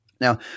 Now